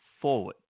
forward